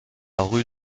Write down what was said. rue